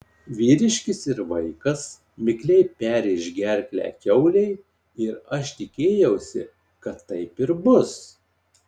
vyriškis ir vaikas mikliai perrėš gerklę kiaulei ir aš tikėjausi kad taip ir bus